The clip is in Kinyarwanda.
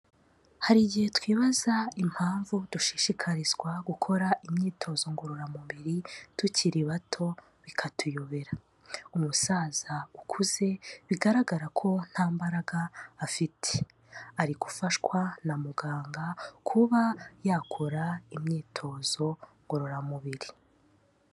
Hari igihe twibaza impamvu dushishikarizwa gukora imyitozo ngororamubiri tukiri bato bikatuyobera. Umusaza ukuze bigaragara ko nta mbaraga afite, ari gufashwa na muganga kuba yakora imyitozo ngororamubiri.